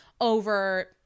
over